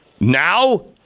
Now